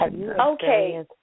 Okay